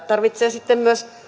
tarvitsee sitten myös